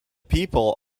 people